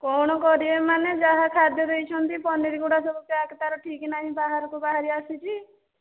କଣ କରିବେ ମାନେ ଯାହା ଖାଦ୍ୟ ଦେଇଛନ୍ତି ପନିର ଗୁଡ଼ା ସବୁ ପ୍ୟାକ୍ ତା'ର ଠିକ୍ ନାହିଁ ବାହାରକୁ ବାହାରି ଆସିଛି